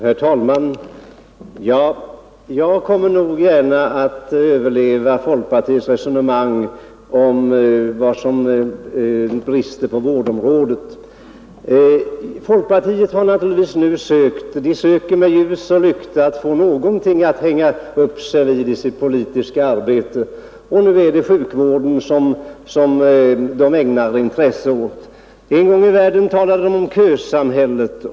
Herr talman! Jag kommer nog att överleva folkpartiets resonemang om vad som brister på vårdområdet. Folkpartiet söker med ljus och lykta efter någonting att hänga upp sitt politiska arbete vid. Nu är det sjukvården som folkpartisterna ägnar sitt intresse åt. En gång i världen talade de om kösamhället.